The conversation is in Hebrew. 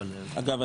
אגב,